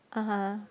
(uh huh)